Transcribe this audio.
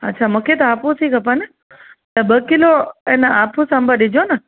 अछा मूंखे त आपूस ई खपनि त ॿ किलो एन आपूस अंब ॾिजो न